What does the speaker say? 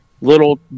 little